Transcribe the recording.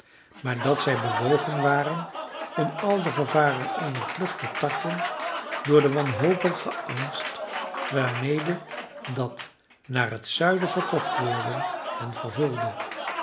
maar dat zij bewogen waren om al de gevaren eener vlucht te tarten door den wanhopigen angst waarmede dat naar het zuiden verkocht worden hen vervulde een